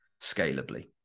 scalably